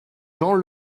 jean